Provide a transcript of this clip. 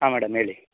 ಹಾಂ ಮೇಡಮ್ ಹೇಳಿ